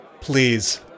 Please